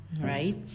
right